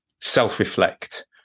self-reflect